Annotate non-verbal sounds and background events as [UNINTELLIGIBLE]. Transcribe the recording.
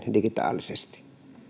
[UNINTELLIGIBLE] digitaalisesti